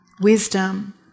wisdom